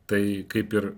tai kaip ir